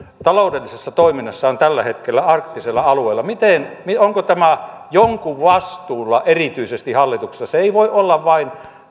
taloudellisessa toiminnassa on tällä hetkellä arktisella alueella onko tämä erityisesti jonkun vastuulla hallituksessa se ei voi olla vain